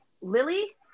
Lily